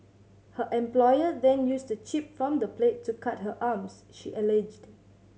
her employer then used a chip from the plate to cut her arms she alleged